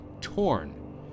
torn